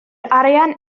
arian